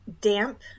Damp